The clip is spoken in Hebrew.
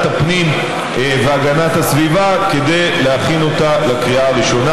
הפנים והגנת הסביבה כדי להכין אותה לקריאה הראשונה.